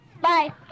Bye